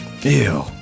Ew